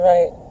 Right